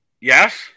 Yes